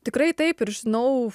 tikrai taip ir žinau